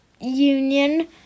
union